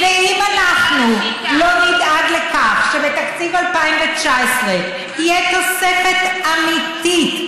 ואם אנחנו לא נדאג לכך שבתקציב 2019 תהיה תוספת אמיתית,